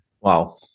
Wow